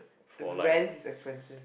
rent is expensive